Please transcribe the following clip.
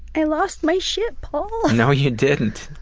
i lost my shit, paul! no you didn't,